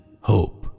hope